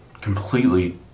completely